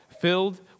filled